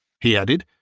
he added,